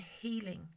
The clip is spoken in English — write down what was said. healing